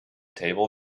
table